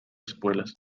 espuelas